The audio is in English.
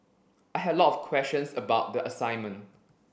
I had a lot of questions about the assignment